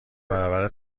برابر